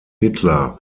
hitler